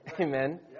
Amen